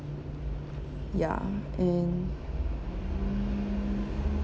ya and